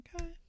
okay